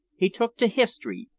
he took to history,